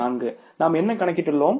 நாம் என்ன கணக்கிட்டுள்ளோம்